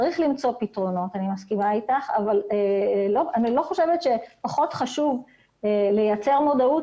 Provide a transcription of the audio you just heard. צריך למצוא פתרונות אבל אני לא חושבת שפחות חשוב לייצר מודעות,